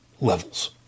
levels